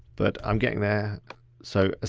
but i'm getting there so as